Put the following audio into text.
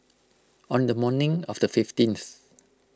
on the morning of the fifteenth